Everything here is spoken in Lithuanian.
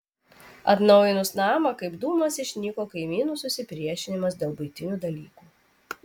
atnaujinus namą kaip dūmas išnyko kaimynų susipriešinimas dėl buitinių dalykų